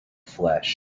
flesh